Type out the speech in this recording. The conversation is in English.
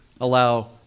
allow